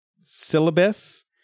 syllabus